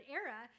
era